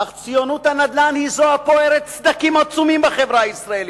אך ציונות הנדל"ן היא זו הפוערת סדקים עצומים בחברה הישראלית.